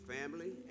Family